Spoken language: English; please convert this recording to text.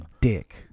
dick